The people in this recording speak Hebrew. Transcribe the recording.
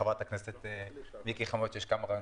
אני מעוניין לשמוע כחבר כנסת ולא בקטע מתריס.